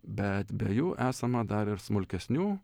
bet be jų esama dar ir smulkesnių